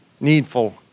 needful